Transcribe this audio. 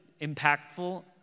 impactful